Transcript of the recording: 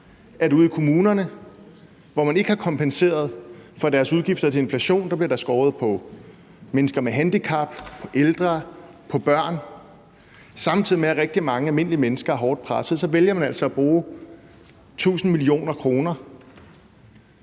der ude i kommunerne, hvor man ikke har kompenseret for deres udgifter i forbindelse med inflationen, bliver skåret ned på mennesker med handicap, ældre og børn. Samtidig med at rigtig mange almindelige mennesker er hårdt presset, vælger man altså at bruge 1.000 mio. kr.